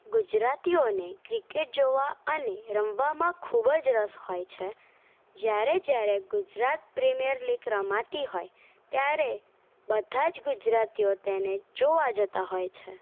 ગુજરાતીઓને ક્રિકેટ જોવા અને રમવામા ખૂબ જ રસ હોય છે જ્યારે જ્યારે ગુજરાત પ્રીમિયર લીગ રમાતી હોય ત્યારે બધા જ ગુજરાતીઓ તેને જોવા જતા હોય છે